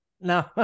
No